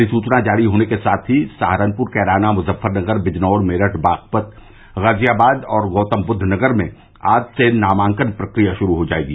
अधिसुचना जारी होने के साथ ही सहारनपुर कैराना मुजफ्फरनगर बिजनौर मेरठ बागपत गाज़ियाबाद और गौतमबुद्धनगर में आज से नामांकन प्रक्रिया शुरू हो जायेगी